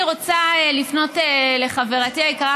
אני רוצה לפנות לחברתי היקרה,